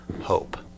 hope